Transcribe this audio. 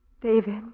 David